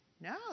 No